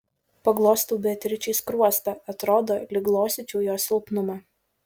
paglostau beatričei skruostą atrodo lyg glostyčiau jos silpnumą